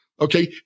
Okay